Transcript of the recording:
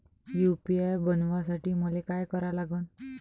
UPI बनवासाठी मले काय करा लागन?